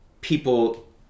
people